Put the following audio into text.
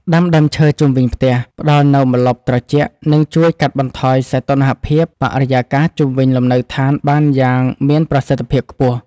ដាំដើមឈើជុំវិញផ្ទះផ្តល់នូវម្លប់ត្រជាក់និងជួយកាត់បន្ថយសីតុណ្ហភាពបរិយាកាសជុំវិញលំនៅឋានបានយ៉ាងមានប្រសិទ្ធភាពខ្ពស់។